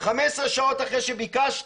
חמש עשרה שעות אחרי שביקשתי,